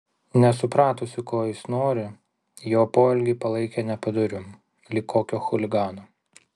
nesupratusi ko jis nori jo poelgį palaikė nepadoriu lyg kokio chuligano